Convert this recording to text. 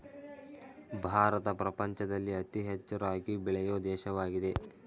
ಭಾರತ ಪ್ರಪಂಚದಲ್ಲಿ ಅತಿ ಹೆಚ್ಚು ರಾಗಿ ಬೆಳೆಯೊ ದೇಶವಾಗಿದೆ